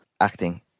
acting